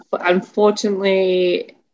Unfortunately